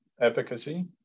efficacy